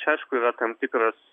čia aišku yra tam tikras